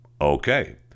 Okay